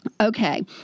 Okay